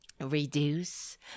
reduce